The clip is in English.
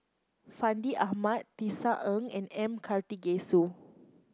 Fandi Ahmad Tisa Ng and M Karthigesu